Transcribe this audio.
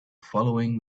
following